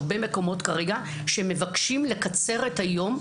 יש הרבה מקומות כרגע שמבקשים לקצר את היום.